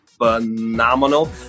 phenomenal